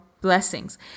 blessings